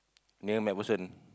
near MacPherson